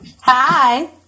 Hi